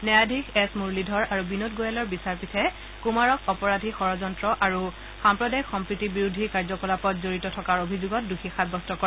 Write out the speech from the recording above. ন্যায়াধীশ এছ মুৰলীধৰ আৰু বিনোদ গোৱেলৰ বিচাৰপীঠে কুমাৰক অপৰাধী ষড্যন্ত্ৰ আৰু সাম্প্ৰদায়িক সম্প্ৰীতি বিৰোধী কাৰ্যকলাপত জড়িত থকাৰ অভিযোগত দোষী সাব্যস্ত কৰে